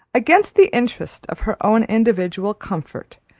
against the interest of her own individual comfort,